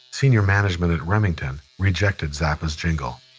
senior management at remington rejected zappa's jingle.